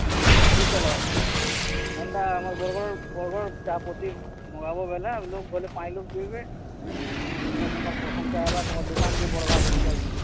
ହୁଁ ହୁଁ ଠିକ୍ କଲ ହେନ୍ତା ଆମ ବରଗଡ଼ର୍ ବରଗଡ଼ର୍ ଚାହା ପତି ମଗାବ ବୋଇଲେ ଲୋକ୍ ପାଞ୍ଚ୍ ଲୋକ୍ ପିଇବେ ଆର୍ ତୁମର୍ ପ୍ରଶଂସା ହେବା ତୁମର୍ ଦୁକାନ୍ ଭି ବଢ଼୍ବା ବୁଝିଲ କି ନାଇଁ